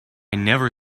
never